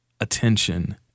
attention